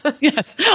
yes